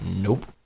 nope